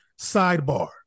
Sidebar